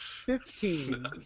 Fifteen